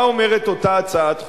מה אומרת אותה הצעת חוק?